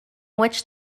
which